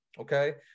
Okay